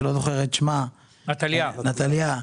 נטליה,